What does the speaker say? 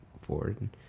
forward